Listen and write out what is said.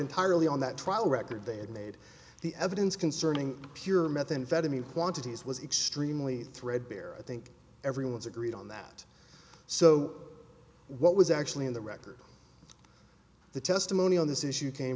entirely on that trial record they had made the evidence concerning pure methamphetamine quantities was extremely threadbare i think everyone's agreed on that so what was actually in the record the testimony on this issue came